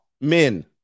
men